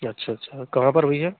अच्छा अच्छा कहाँ पर भैया